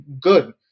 good